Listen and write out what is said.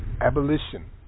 Abolition